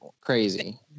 crazy